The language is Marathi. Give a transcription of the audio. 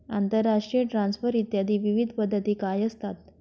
आंतरराष्ट्रीय ट्रान्सफर इत्यादी विविध पद्धती काय असतात?